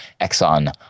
Exxon